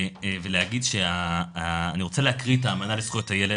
אני רוצה להקריא את האמנה לזכויות הילד.